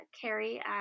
Carrie